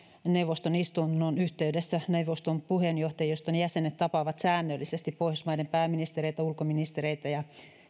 neuvoston istunnon yhteydessä neuvoston puheenjohtajiston jäsenet tapaavat säännöllisesti pohjoismaiden pääministereitä ulkoministereitä ja